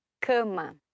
cama